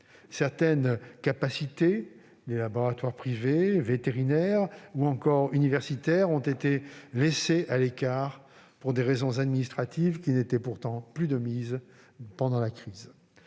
Certaines capacités- les laboratoires privés, vétérinaires ou encore universitaires -ont été laissées à l'écart pour des raisons administratives qui n'étaient pourtant plus de mise dans ce